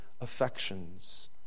affections